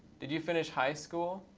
did you finish high school?